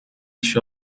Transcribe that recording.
este